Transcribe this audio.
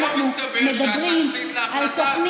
לפני שבוע יצאת מישיבת ממשלה ואמרת שצריך לסגור את הבריכות,